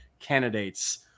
candidates